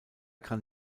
kann